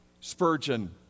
Spurgeon